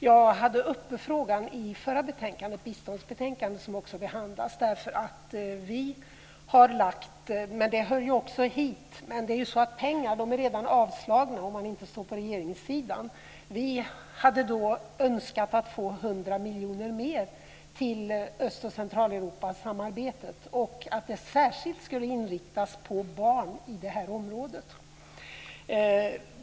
Jag tog upp frågan i behandlingen av förra betänkandet, biståndsbetänkandet, men frågan hör ju också hit. Det är så att pengar inte anslås om man inte står på regeringssidan. Vi hade önskat att få 100 miljoner mer till Öst och Centraleuropasamarbetet och att det särskilt skulle inriktas på barn i området.